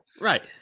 Right